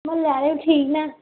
म्हल्ले आह्ले बी ठीक न